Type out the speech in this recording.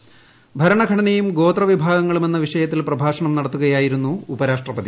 ഭരണഘടനയും ഗോത്രവിഭാഗങ്ങളും എന്ന വിഷയത്തിൽ പ്രഭാഷണം നടത്തുകയായിരുന്നു ഉപരാഷ്ട്രപതി